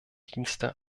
dienste